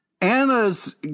Anna's